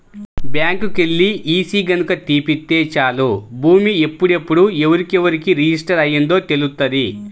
బ్యాంకుకెల్లి ఈసీ గనక తీపిత్తే చాలు భూమి ఎప్పుడెప్పుడు ఎవరెవరికి రిజిస్టర్ అయ్యిందో తెలుత్తది